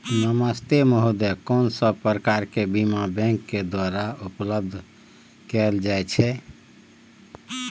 नमस्ते महोदय, कोन सब प्रकार के बीमा बैंक के द्वारा उपलब्ध कैल जाए छै?